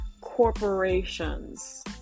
corporations